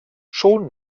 schon